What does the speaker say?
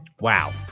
Wow